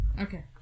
Okay